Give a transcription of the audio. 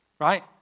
right